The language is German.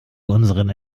unseren